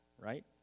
right